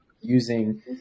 using